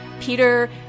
Peter